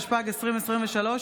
התשפ"ג 2023,